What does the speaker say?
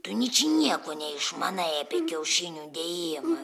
tu ničnieko neišmanai apie kiaušinių dėjimą